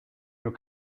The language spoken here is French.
nos